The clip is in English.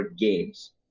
games